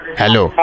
Hello